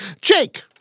Jake